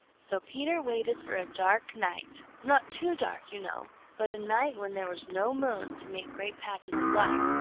so peter waited for a dark night, not too dark, you know, but a night when there was no moon to make great patches of light,